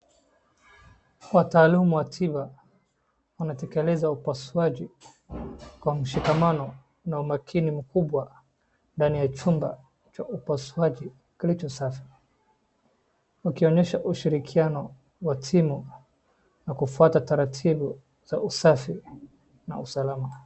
Wataalumu wa tiba wanatekeleza upasuaji kwa mshikamano na umakini mkubwa ndani ya chumba cha upasuaji kilicho safi, wakionyesha ushirikiano wa timu na kufuata taratibu za usafi na usalama.